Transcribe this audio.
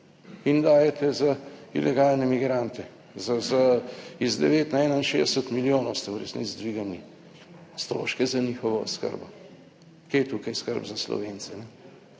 in dajete za ilegalne migrante iz devet na 61 milijonov, ste v resnici dvignili stroške za njihovo oskrbo. Kje je tukaj skrb za Slovence.